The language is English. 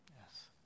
Yes